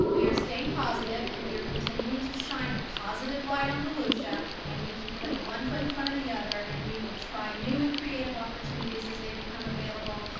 we are staying positive and we are continuing to shine a positive light on volusia, and we keep putting one foot in front of the other, and we will try new and creative opportunities as they become available,